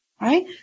Right